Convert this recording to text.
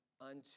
unto